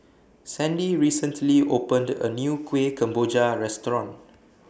Sandy recently opened A New Kuih Kemboja Restaurant